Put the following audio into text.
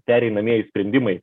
pereinamieji sprendimai